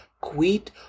quit